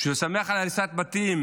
על הריסת בתים.